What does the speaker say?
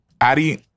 Addy